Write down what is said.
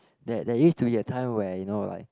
that there used to be a time where you know like